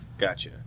Gotcha